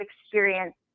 experience